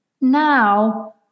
Now